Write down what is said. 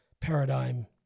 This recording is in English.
paradigm